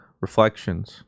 reflections